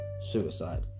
suicide